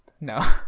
No